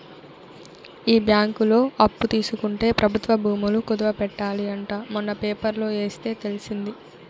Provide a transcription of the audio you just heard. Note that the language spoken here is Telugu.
ఈ బ్యాంకులో అప్పు తీసుకుంటే ప్రభుత్వ భూములు కుదవ పెట్టాలి అంట మొన్న పేపర్లో ఎస్తే తెలిసింది